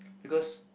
because